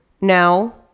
No